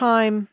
Time